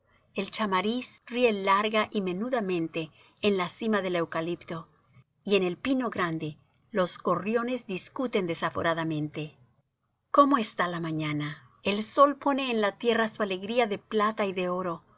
el chamariz ríe larga y menudamente en la cima del eucalipto y en el pino grande los gorriones discuten desaforadamente cómo está la mañana el sol pone en la tierra su alegría de plata y de oro